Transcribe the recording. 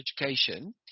education